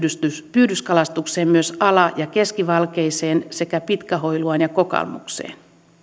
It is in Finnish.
pyydyskalastukseen myös ala ja keski valkeaiseen sekä pitkä hoiluaan ja kokalmukseen